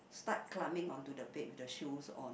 start climbing onto the bed with the shoes on